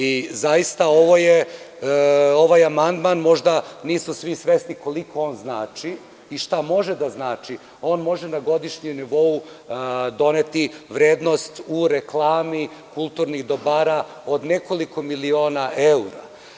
I zaista, ovaj amandman možda nisu svi svesni koliko on znači i šta može da znači, on može na godišnjem nivou doneti vrednost u reklami kulturnih dobara od nekoliko miliona evra.